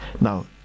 now